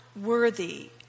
worthy